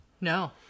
No